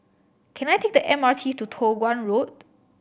can I take the M R T to Toh Guan Road